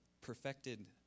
perfected